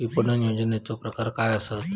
विपणन नियोजनाचे प्रकार काय आसत?